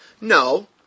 No